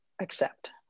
accept